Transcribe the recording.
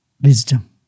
wisdom